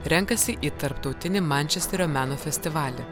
renkasi į tarptautinį mančesterio meno festivalį